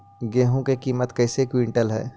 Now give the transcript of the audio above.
गेहू के किमत कैसे क्विंटल है?